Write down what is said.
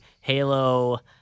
Halo